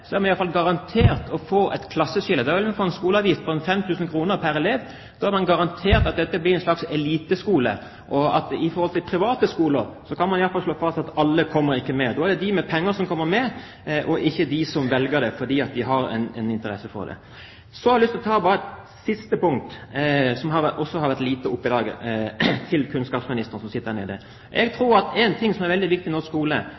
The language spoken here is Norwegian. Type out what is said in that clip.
iallfall garantert å få et klasseskille. Da vil vi få en skoleavgift på ca. 5 000 kr pr. elev, og man er garantert at disse blir en slags eliteskoler. Når det gjelder private skoler, kan man da iallfall slå fast at alle ikke kommer med. Da er det de med penger som kommer med, ikke de som velger det fordi de har en interesse av det. Så har jeg bare lyst til å komme med et siste punkt, om noe som har vært lite oppe i dag, til kunnskapsministeren, som sitter her nede. Jeg tror at det i norsk skole